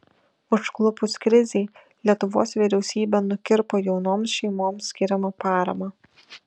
užklupus krizei lietuvos vyriausybė nukirpo jaunoms šeimoms skiriamą paramą